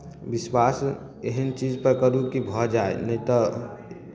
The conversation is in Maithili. विश्वास एहन चीजपर करू कि भऽ जाय नहि तऽ